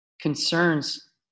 concerns